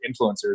influencers